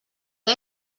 que